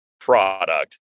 product